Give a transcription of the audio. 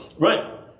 Right